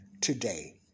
today